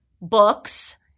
books